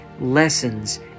lessons